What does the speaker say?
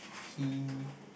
he